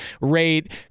rate